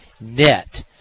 net